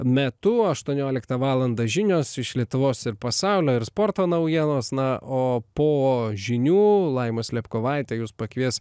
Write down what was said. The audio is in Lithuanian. metu aštuonioliktą valandą žinios iš lietuvos ir pasaulio ir sporto naujienos na o po žinių laima slėpkovaitė jus pakvies